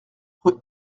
rue